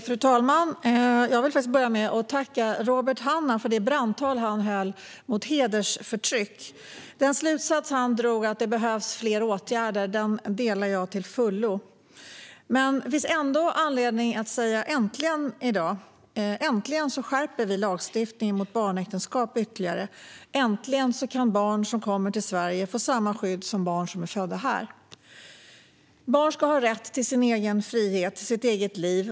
Fru talman! Jag vill faktiskt börja med att tacka Robert Hannah för det brandtal han höll mot hedersförtryck. Den slutsats han drog om att det behövs fler åtgärder delar jag till fullo. Det finns ändå anledning att säga "äntligen" i dag. Äntligen skärper vi lagstiftningen mot barnäktenskap ytterligare. Äntligen kan barn som kommer till Sverige få samma skydd som barn som är födda här. Barn ska ha rätt till sin egen frihet och sitt eget liv.